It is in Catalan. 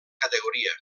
categoria